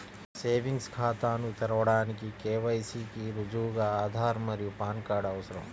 savings ఖాతాను తెరవడానికి KYC కి రుజువుగా ఆధార్ మరియు పాన్ కార్డ్ అవసరం